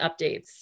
updates